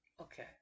Okay